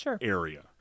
area